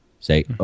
Say